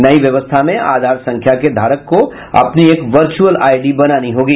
नई व्यवस्था में आधार संख्या के धारक को अपनी एक वर्च्रअल आईडी बनानी होगी